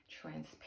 transparent